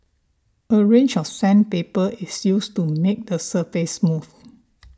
a range of sandpaper is used to make the surface smooth